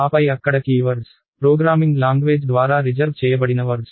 ఆపై అక్కడ key words కీలక పదాలు ప్రోగ్రామింగ్ లాంగ్వేజ్ ద్వారా రిజర్వ్ చేయబడిన వర్డ్స్